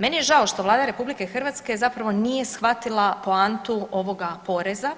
Meni je žao što Vlada RH zapravo nije shvatila poantu ovoga poreza